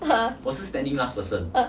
uh uh